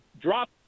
drop